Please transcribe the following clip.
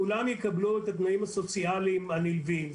כולם יקבלו את התנאים הסוציאליים הנלווים.